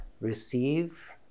receive